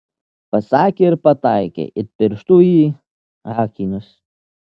pasakė ir pataikė it pirštu į akinius